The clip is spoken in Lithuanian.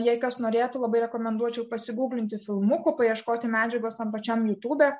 jei kas norėtų labai rekomenduočiau pasiguglinti filmukų paieškoti medžiagos tam pačiam jutūbe